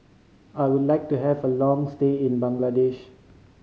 I would like to have a long stay in Bangladesh